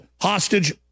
hostage